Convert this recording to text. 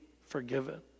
forgiven